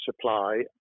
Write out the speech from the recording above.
supply